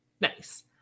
nice